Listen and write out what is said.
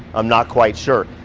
i'm not quite sure,